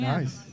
Nice